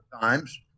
times